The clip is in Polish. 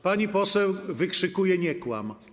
Pani poseł wykrzykuje: nie kłam!